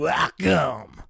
Welcome